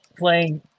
playing